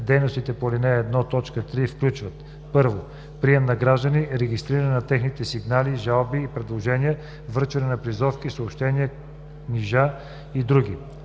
Дейностите по ал. 1, т. 3 включват: 1. прием на граждани, регистриране на техните сигнали, жалби и предложения, връчване на призовки, съобщения, книжа и други;